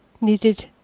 needed